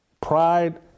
Pride